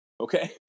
okay